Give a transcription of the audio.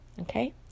okay